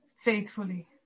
faithfully